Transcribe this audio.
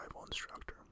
instructor